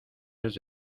les